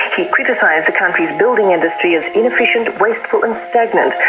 he criticised the country's building industry as inefficient, wasteful and stagnant,